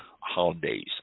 holidays